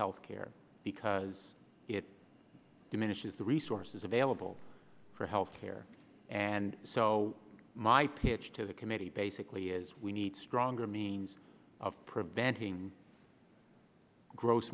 health care because it diminishes the resources available for health care and so my pitch to the committee basically is we need stronger means of preventing gross